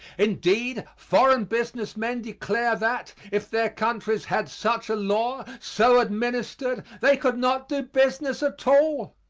indeed, foreign business men declare that, if their countries had such a law, so administered, they could not do business at all.